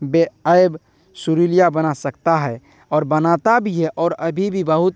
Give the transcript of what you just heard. بے عیب سریلا بنا سکتا ہے اور بناتا بھی ہے اور ابھی بھی بہت